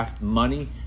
Money